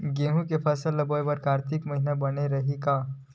गेहूं के फसल ल बोय बर कातिक महिना बने रहि का?